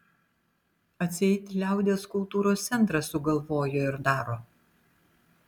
atseit liaudies kultūros centras sugalvojo ir daro